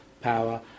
power